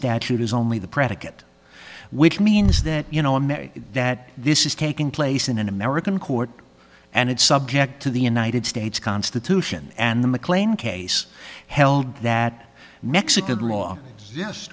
statute is only the predicate which means that you know america that this is taking place in an american court and it's subject to the united states constitution and the mclean case held that mexican law yes